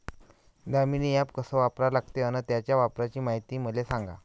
Damini app कस वापरा लागते? अन त्याच्या वापराची मायती मले सांगा